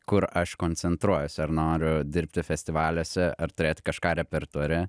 kur aš koncentruojuosi ar noriu dirbti festivaliuose ar turėti kažką repertuare